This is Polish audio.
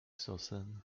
sosen